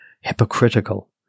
hypocritical